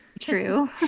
true